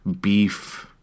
beef